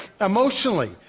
emotionally